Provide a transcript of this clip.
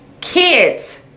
Kids